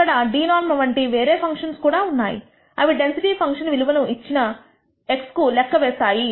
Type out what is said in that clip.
అక్కడ dnorm వంటి వేరే ఫంక్షన్స్ ఉన్నాయి అవి డెన్సిటీ ఫంక్షన్ విలువ ను ఇచ్చిన x కు లెక్క వేస్తుంది